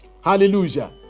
Hallelujah